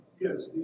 yes